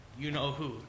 you-know-who